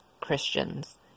Christians